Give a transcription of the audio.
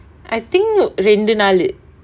I think ரெண்டு நாலு:rendu naalu